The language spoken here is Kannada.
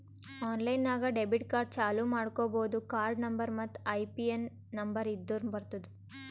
ಆನ್ಲೈನ್ ನಾಗ್ ಡೆಬಿಟ್ ಕಾರ್ಡ್ ಚಾಲೂ ಮಾಡ್ಕೋಬೋದು ಕಾರ್ಡ ನಂಬರ್ ಮತ್ತ್ ಐಪಿನ್ ನಂಬರ್ ಇದ್ದುರ್ ಬರ್ತುದ್